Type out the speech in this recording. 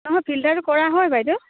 নহয় ফিল্টাৰটো কৰা হয় বাইদেউ